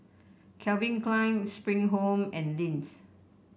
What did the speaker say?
Calvin Klein Spring Home and Lindt